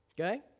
Okay